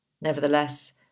Nevertheless